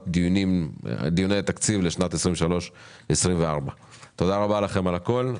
דיוני התקציב לשנים 2023 2024. תודה רבה לכם על הכול.